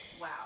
Wow